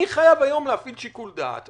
אני חייב להפעיל היום שיקול דעת,